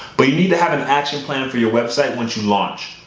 but you need to have an action plan for your website once you launch.